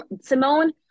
Simone